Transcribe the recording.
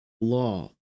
law